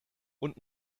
und